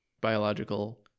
biological